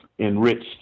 enriched